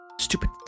Stupid